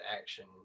action